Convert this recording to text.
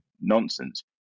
nonsense